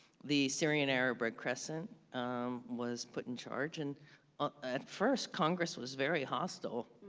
the syrian arab red crescent was put in charge, and at first, congress was very hostile.